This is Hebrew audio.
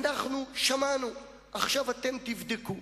אנחנו שמענו, עכשיו אתם תבדקו.